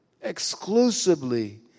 exclusively